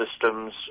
systems